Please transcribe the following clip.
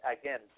again